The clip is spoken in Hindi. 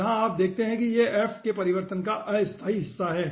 जहां आप देखते हैं कि यह f के परिवर्तन का अस्थायी हिस्सा है